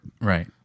Right